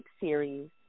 series